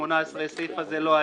ב-2018 הסעיף הזה לא היה.